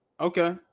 Okay